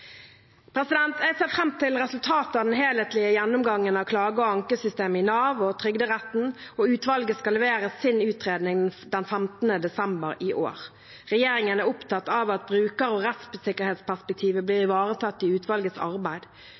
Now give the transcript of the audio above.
Jeg ser fram til resultatet av den helhetlige gjennomgangen av klage- og ankesystemet i Nav og Trygderetten. Utvalget skal levere sin utredning den 15. desember i år. Regjeringen er opptatt av at bruker- og rettssikkerhetsperspektivet blir ivaretatt i utvalgets arbeid.